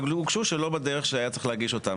הן הוגשו שלא בדרך שהיה צריך להגיש אותם,